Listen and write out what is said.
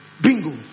bingo